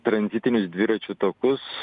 tranzitinius dviračių takus